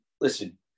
listen